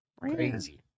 Crazy